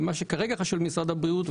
מה שכרגע חשוב למשרד הבריאות,